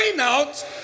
out